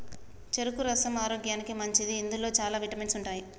చెరుకు రసం ఆరోగ్యానికి మంచిది ఇందులో చాల విటమిన్స్ ఉంటాయి